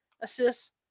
assist